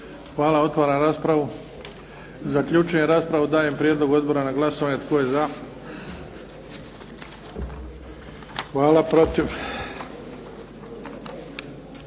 Hvala. Otvaram raspravu. Zaključujem raspravu. Dajem prijedlog odbora na glasovanje. Tko je za? Hvala. Protiv?